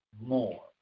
more